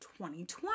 2020